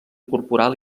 corporal